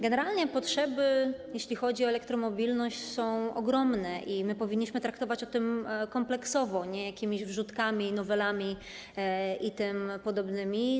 Generalnie potrzeby, jeśli chodzi o elektromobilność, są ogromne i my powinniśmy traktować to kompleksowo, nie jakimiś wrzutkami, nowelami itp.